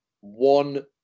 one